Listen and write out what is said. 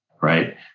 Right